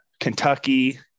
Kentucky